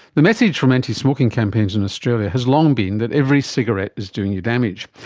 the message from anti-smoking campaigns in australia has long been that every cigarette is doing you damage.